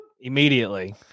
immediately